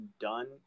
done